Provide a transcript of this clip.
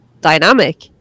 dynamic